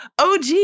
OG